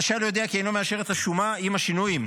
רשאי להודיע כי אינו מאשר את השומה עם השינויים.